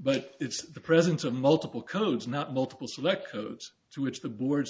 but it's the presence of multiple codes not multiple select codes to which the board